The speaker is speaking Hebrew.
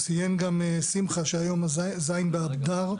ציין גם שמחה שהיום הזה הוא ז' באדר,